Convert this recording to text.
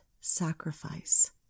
sacrifice